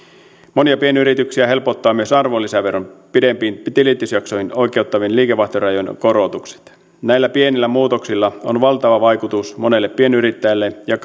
monia pienyrityksiä helpottaa myös arvonlisäveron pidempiin tilitysjaksoihin oikeuttavien liikevaihtorajojen korotukset näillä pienillä muutoksilla on valtava vaikutus monelle pienyrittäjälle ja